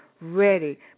ready